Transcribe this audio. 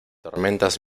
tormentas